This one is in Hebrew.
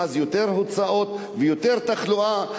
יותר הוצאות ויותר תחלואה.